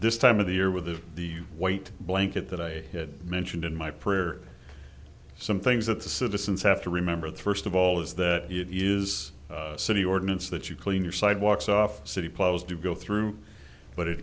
this time of the year with the white blanket that i mentioned in my prayer some things that the citizens have to remember the first of all is that it is a city ordinance that you clean your sidewalks off city plows do go through but it